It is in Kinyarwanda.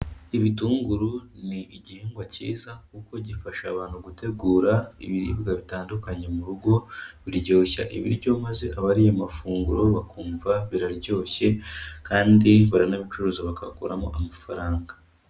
Ibitunguru ni igihingwa cyiza kuko gifasha abantu gutegura ibiribwa bitandukanye mu rugo, biryoshya ibiryo maze abariye amafunguro bakumva biraryoshye kandi baranabicuruza, bagakuramo amafaranga.